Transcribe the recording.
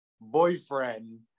boyfriend